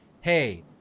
hey